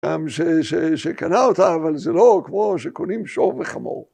גם שקנה אותה, אבל זה לא כמו שקונים שור וחמור.